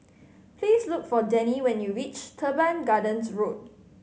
please look for Dannie when you reach Teban Gardens Road